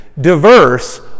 diverse